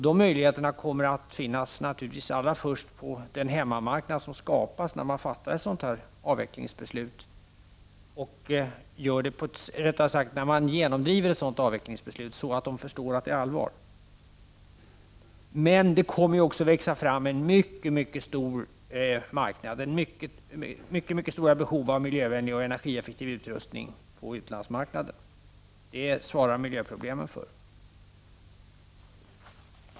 De möjligheterna kommer naturligtvis först att finnas på den hemmamarknad som skapas när man genomdriver ett avvecklingsbeslut på ett sådant sätt att alla förstår att det är allvar. Men det kommer också att växa fram ett mycket stort behov av miljövänlig och energieffektiv utrustning på utlandsmarknaden. Det svarar miljöproblemen för.